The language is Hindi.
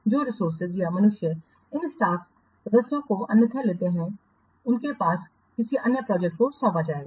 जो रिसोर्सेज या मनुष्य इन स्टाफ सदस्यों को अन्यथा लेते हैं उनके पास किसी अन्य प्रोजेक्टको सौंपा जाएगा